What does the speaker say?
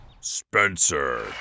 Spencer